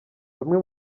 bamwe